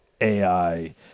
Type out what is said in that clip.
AI